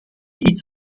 iets